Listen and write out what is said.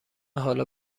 حالا